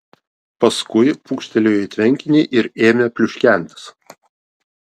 paskui pūkštelėjo į tvenkinį ir ėmė pliuškentis